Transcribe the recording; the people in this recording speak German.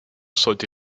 sollte